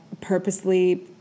purposely